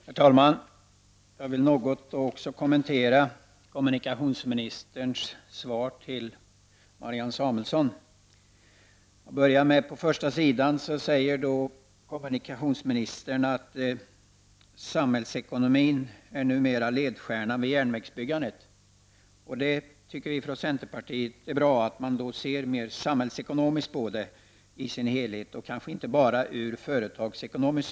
Herr talman! Också jag vill något kommentera kommunikationsministerns svar till Marianne Samuelsson. På första sidan säger kommunikationsministern att samhällsekonomin numera är ledstjärnan vid järnvägsbyggandet. Vi i centerpartiet tycker att det är bra att man ser mer samhällsekono miskt på järnvägsbyggandet i sin helhet och inte bara företagsekonomiskt.